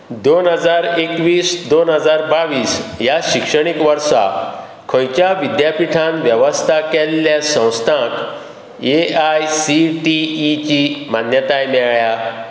दोन हजार एकवीस दोन हजार बावीस ह्या शिक्षणीक वर्सा खंयच्या विद्यापीठान वेवस्था केल्ल्या संस्थांक A I C T E ची मान्यताय मेळ्ळ्या